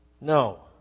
No